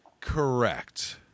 Correct